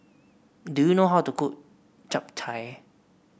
do you know how to cook Japchae